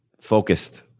focused